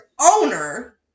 owner